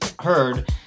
heard